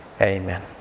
Amen